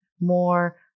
more